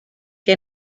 que